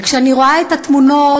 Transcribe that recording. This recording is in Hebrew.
וכשאני רואה את התמונות,